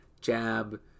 jab